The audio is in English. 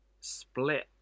split